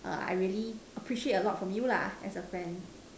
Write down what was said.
err I really appreciate a lot from you lah as a friend